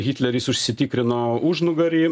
hitleris užsitikrino užnugarį